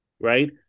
Right